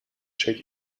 check